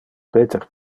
peter